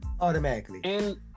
Automatically